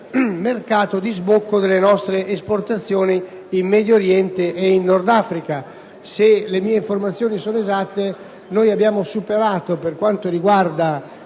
mercato di sbocco delle nostre esportazioni in Medio Oriente e in Nord Africa. Se le mie informazioni sono esatte, abbiamo superato, per quanto riguarda